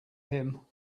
him